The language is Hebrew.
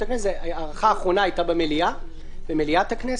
הכנסת ההארכה האחרונה הייתה במליאת הכנסת,